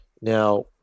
Now